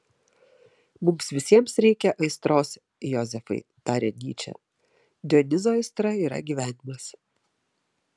mums visiems reikia aistros jozefai tarė nyčė dionizo aistra yra gyvenimas